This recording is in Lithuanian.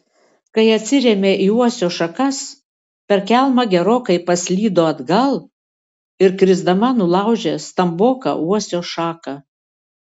kai atsirėmė į uosio šakas per kelmą gerokai paslydo atgal ir krisdama nulaužė stamboką uosio šaką